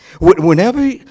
Whenever